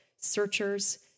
searchers